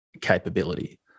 capability